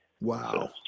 wow